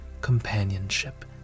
companionship